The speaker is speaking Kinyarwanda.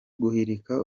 guhirika